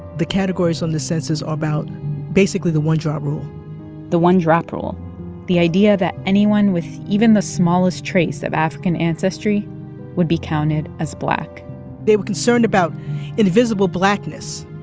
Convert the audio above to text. the categories on the census are about basically the one-drop rule the one-drop rule the idea that anyone with even the smallest trace of african ancestry would be counted as black they were concerned about invisible blackness.